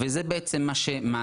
זה מה שמעסיק.